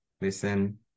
listen